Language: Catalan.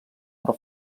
però